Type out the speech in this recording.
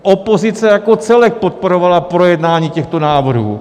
Opozice jako celek podporovala projednání těchto návrhů.